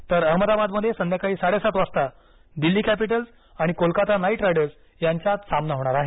तर अहमदाबाद मध्ये संध्याकाळी साडे सात वाजता दिल्ली कॅपिटल्स आणि कोलकाता नाईट रायडर्स यांच्यात सामना होणार आहे